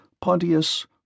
Pontius